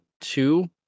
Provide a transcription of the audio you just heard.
two